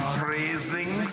praising